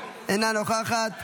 אינה נוכחת.